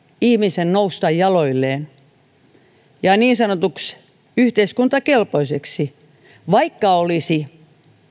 ihmisen nousta jaloilleen ja niin sanotuksi yhteiskuntakelpoiseksi vaikka olisi